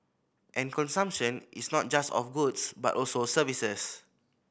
and consumption is not just of goods but also of services